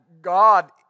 God